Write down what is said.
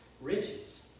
riches